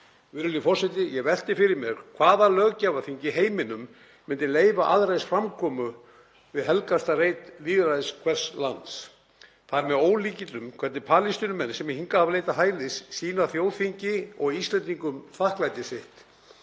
Virðulegur forseti. Ég velti fyrir mér hvaða löggjafarþing í heiminum myndi leyfa aðra eins framkomu við helgasta reit lýðræðis hvers lands. Það er með ólíkindum hvernig Palestínumenn, sem hingað hafa leitað hælis, sýna þjóðþinginu og Íslendingum þakklæti sitt.